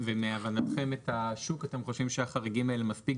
ולהבנתכם את השוק אתם חושבים שהחריגים האלה מספיק